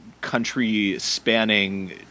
country-spanning